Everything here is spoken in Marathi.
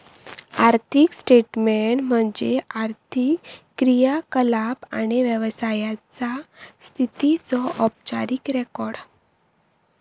आर्थिक स्टेटमेन्ट म्हणजे आर्थिक क्रियाकलाप आणि व्यवसायाचा स्थितीचो औपचारिक रेकॉर्ड